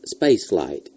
spaceflight